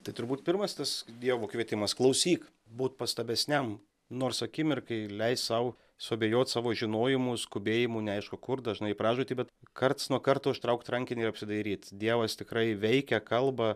tai turbūt pirmas tas dievo kvietimas klausyk būt pastabesniam nors akimirkai leist sau suabejot savo žinojimu skubėjimu neaišku kur dažnai į pražūtį bet karts nuo karto užtraukt rankinį ir apsidairyt dievas tikrai veikia kalba